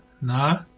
no